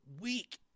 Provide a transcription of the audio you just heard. weak